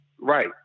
right